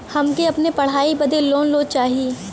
हमके अपने पढ़ाई बदे लोन लो चाही?